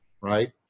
right